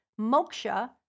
moksha